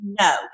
No